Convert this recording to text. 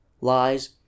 lies